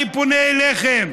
אני פונה אליכם,